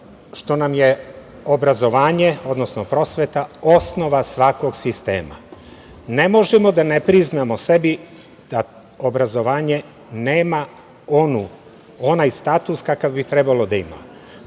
što nam je obrazovanje, odnosno prosveta osnova svakog sistema. Ne možemo da ne priznamo sebi da obrazovanje nema onaj status kakav bi trebalo da